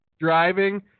driving